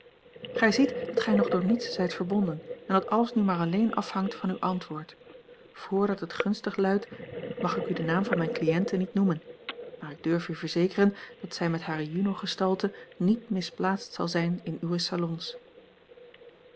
gij ziet dat gij nog door niets zijt verbonden en dat alles nu maar alleen afhangt van uw antwoord vrdat het gunstig luidt mag ik u den naam van mijne cliënte niet noemen maar ik durf u verzekeren dat zij met hare juno gestalte niet misplaatst zal zijn in uwe salons